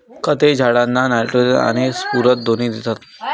खते झाडांना नायट्रोजन आणि स्फुरद दोन्ही देतात